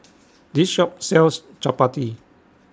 This Shop sells Chapati